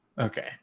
Okay